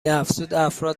افزودافراد